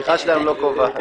התמיכה שלהם לא קובעת.